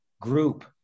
group